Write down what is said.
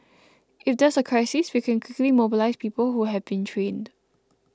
if there's a crisis we can quickly mobilise people who have been trained